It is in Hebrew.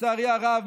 לצערי הרב,